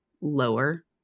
lower